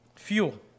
fuel